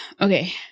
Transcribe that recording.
Okay